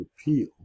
Appeal